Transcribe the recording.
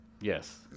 Yes